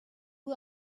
who